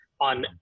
on